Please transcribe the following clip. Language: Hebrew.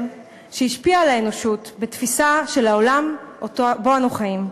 שהשפיעה על האנושות בתפיסה של העולם שבו אנו חיים,